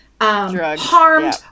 harmed